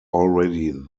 already